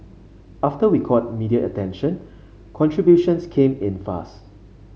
after we caught media attention contributions came in fast